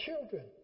children